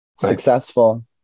successful